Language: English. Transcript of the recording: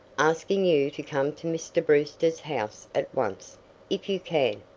asking you to come to mr. brewster's house at once if you can,